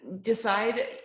decide